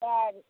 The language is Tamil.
சரி